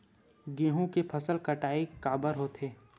गेहूं के फसल कटाई काबर होथे?